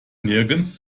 nirgends